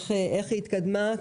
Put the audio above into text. איך היא התקדמה.